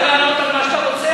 אתה יכול לענות על מה שאתה רוצה,